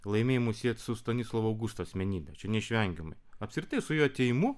laimėjimus siet su stanislovo augusto asmenybe čia neišvengiamai apskritai su jo atėjimu